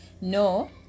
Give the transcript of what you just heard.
no